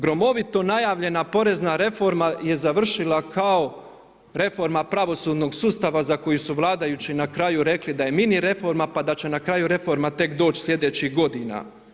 Gromovito najavljena porezna reforma je završila kao reforma pravosudnog sustava za koju su vladajući na kraju rekli da je mini reforma pa da će na kraju reforma tek doći sljedećih godina.